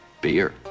beer